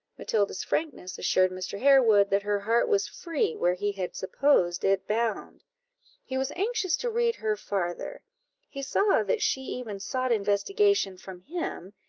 matilda's frankness assured mr. harewood that her heart was free where he had supposed it bound he was anxious to read her farther he saw that she even sought investigation from him,